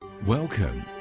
Welcome